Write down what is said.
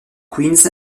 queens